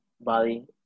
Bali